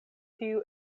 tiu